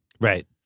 Right